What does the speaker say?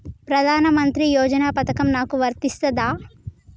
ప్రధానమంత్రి యోజన పథకం నాకు వర్తిస్తదా?